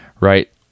right